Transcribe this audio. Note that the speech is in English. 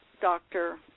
doctor